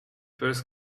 first